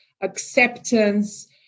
acceptance